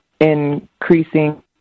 increasing